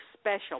special